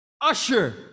usher